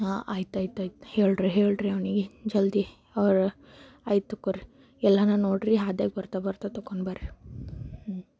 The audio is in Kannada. ಹಾಂ ಆಯ್ತು ಆಯ್ತು ಆಯ್ತು ಹೇಳ್ರಿ ಹೇಳ್ರಿ ಅವನಿಗೆ ಜಲ್ದಿ ಆಯ್ತು ತೊಗೊರಿ ಎಲ್ಹನ ನೋಡ್ರಿ ಹಾದಿಯಾಗೆ ಬರುತ್ತ ಬರುತ್ತ ತೊಕೊಂಡು ಬರ್ರಿ ಹ್ಞೂಂ